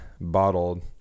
bottled